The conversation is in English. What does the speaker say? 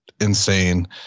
insane